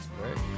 right